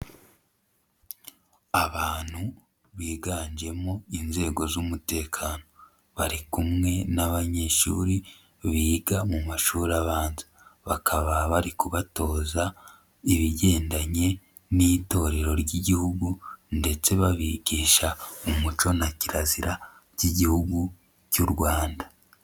Abantu biganjemo inzego z'umutekano, bari kumwe n'abanyeshuri biga mu mashuri abanza, bakaba bari kubatoza ibigendanye n'itorero ry'Igihugu ndetse babigisha umuco na kirazira by'Igihugu cy'u Rwanda.